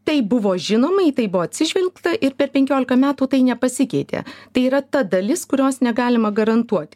tai buvo žinomaį tai buvo atsižvelgta ir per penkiolika metų tai nepasikeitė tai yra ta dalis kurios negalima garantuoti